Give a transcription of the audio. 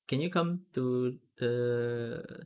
can you come to the